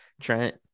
Trent